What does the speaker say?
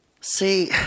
See